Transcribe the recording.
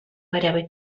gairebé